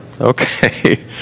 Okay